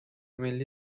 ملی